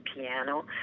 piano